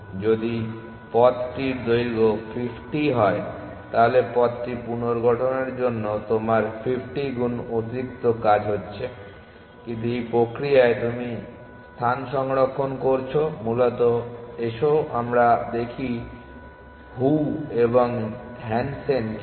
যদি পথটির দৈর্ঘ্য 50 হয় তাহলে পথটি পুনর্গঠনের জন্য তোমার 50 গুণ অতিরিক্ত কাজ হচ্ছে কিন্তু এই প্রক্রিয়ায় তুমি স্থান সংরক্ষণ করছো মূলত এসো আমরা দেখি হু এবং হ্যানসেন কি করে